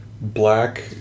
black